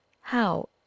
How